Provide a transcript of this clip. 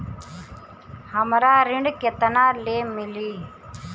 हमरा ऋण केतना ले मिली?